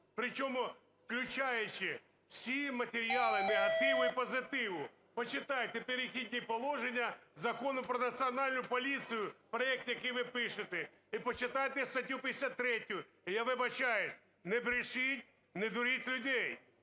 причому включаючи всі матеріали негативу і позитиву. Почитайте "Перехідні положення" Закону "Про Національну поліцію", проект який ви пишете, і почитайте статтю 53. Я вибачаюсь, не брешіть, не дуріть людей!